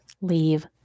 leave